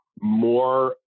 more